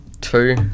two